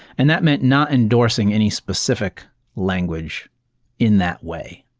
and that meant not endorsing any specific language in that way.